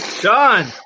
John